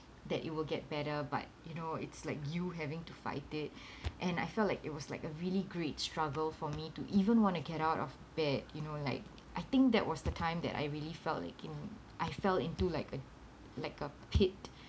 that it will get better but you know it's like you having to fight it and I felt like it was like a really great struggle for me to even want to get out of bed you know like I think that was the time that I really felt like in I fell into like a like a pit